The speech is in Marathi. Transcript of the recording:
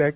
पॅट